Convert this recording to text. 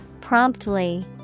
Promptly